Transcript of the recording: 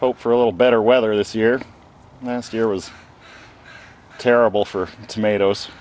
hope for a little better weather this year and last year was terrible for tomatoes